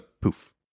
poof